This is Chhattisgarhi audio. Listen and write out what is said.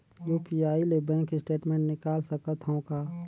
यू.पी.आई ले बैंक स्टेटमेंट निकाल सकत हवं का?